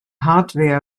hardware